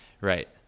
Right